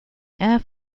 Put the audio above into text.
air